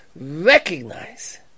recognize